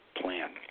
plan